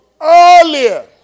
earlier